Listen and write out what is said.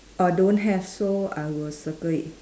err don't have so I will circle it